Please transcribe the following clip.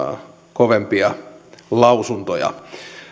kovempia lausuntoja